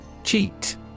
Cheat